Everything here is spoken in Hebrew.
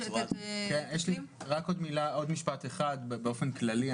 רק עוד משפט אחד באופן כללי.